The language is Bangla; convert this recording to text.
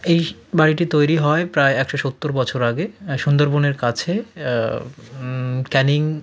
এই বাড়িটি তৈরি হয় প্রায় একশো সত্তর বছর আগে হ্যাঁ সুন্দরবনের কাছে ক্যানিং